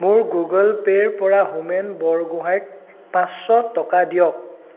মোৰ গুগল পে'ৰ পৰা হোমেন বৰগোঁহাঞিক পাঁচশ টকা দিয়ক